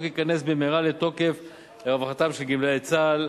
ייכנס במהרה לתוקף לרווחתם של גמלאי צה"ל.